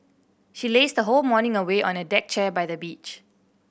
she lazed whole morning away on a deck chair by the beach